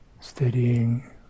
steadying